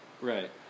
right